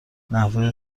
نحوه